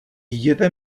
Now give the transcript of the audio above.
jděte